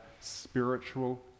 spiritual